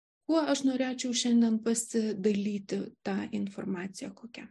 kuo aš norėčiau šiandien pasidalyti tą informaciją kokią